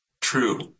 true